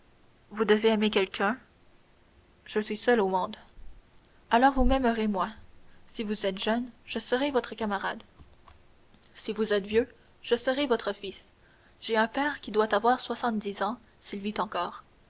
vous devez aimer quelqu'un je suis seul au monde alors vous m'aimerez moi si vous êtes jeune je serai votre camarade si vous êtes vieux je serai votre fils j'ai un père qui doit avoir soixante-dix ans s'il vit encore